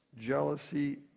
jealousy